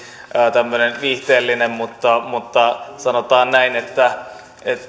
tämmöinen viihteellinen mutta mutta sanotaan näin että